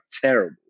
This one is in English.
terrible